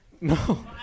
No